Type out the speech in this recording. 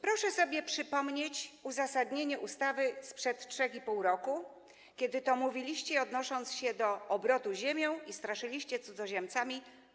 Proszę sobie przypomnieć uzasadnienie ustawy sprzed 3,5 roku, kiedy to mówiliście, odnosząc się do obrotu ziemią, i straszyliście cudzoziemcami.